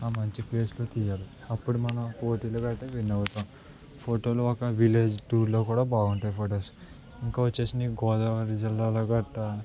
ఆ మంచి ప్లేస్లో తీయాలి అప్పుడు మనం పోటీలు గట్ట విన్ అవుతాం ఫోటోలు ఒక విలేజ్ టూర్లో కూడా బాగుంటాయి ఫొటోస్ ఇంకా వచ్చి గోదావరి జిల్లాలో గట్ట